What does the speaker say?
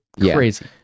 crazy